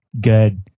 good